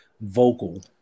vocal